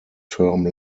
term